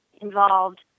involved